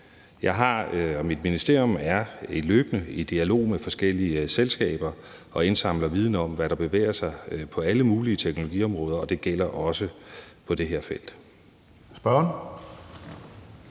Jeg og mit ministerium er i løbende dialog med forskellige selskaber og indsamler viden om, hvad der bevæger sig på alle mulige teknologiområder, og det gælder også på det her felt. Kl.